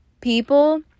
people